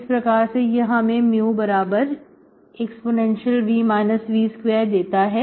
इस प्रकार से यह हमें μev v2 देता है